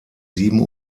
sieben